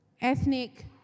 ethnic